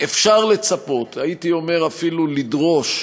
אפשר לצפות, הייתי אומר, ואפילו לדרוש,